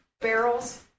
barrels